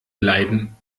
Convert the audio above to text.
leiden